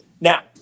Now